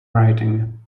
writing